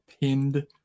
pinned